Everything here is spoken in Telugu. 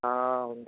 ఆ